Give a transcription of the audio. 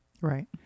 Right